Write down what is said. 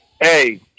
Hey